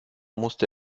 musste